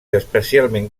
especialment